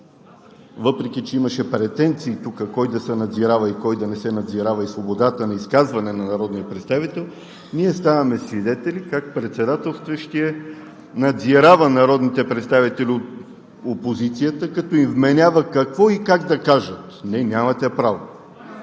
въпреки че имаше претенции тук кой да се надзирава, кой да не се надзирава и свободата на изказване на народния представител, ние ставаме свидетели как председателстващият надзирава народните представители от опозицията, като им вменява какво и как да кажат. Не, нямате право!